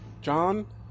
John